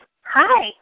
Hi